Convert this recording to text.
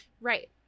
Right